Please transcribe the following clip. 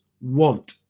want